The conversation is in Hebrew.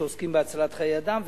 שעוסקים בהצלת חיי אדם,